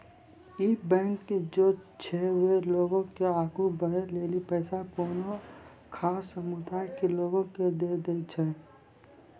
इ बैंक जे छै वें लोगो के आगु बढ़ै लेली पैसा कोनो खास समुदाय के लोगो के दै छै